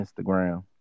Instagram